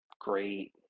great